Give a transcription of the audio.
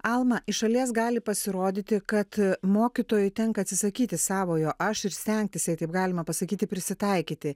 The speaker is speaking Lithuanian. alma iš šalies gali pasirodyti kad mokytojui tenka atsisakyti savojo aš ir stengtis jei taip galima pasakyti prisitaikyti